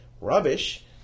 Rubbish